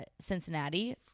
Cincinnati